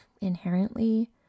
inherently